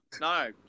no